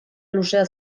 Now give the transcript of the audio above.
luzea